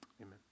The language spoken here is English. Amen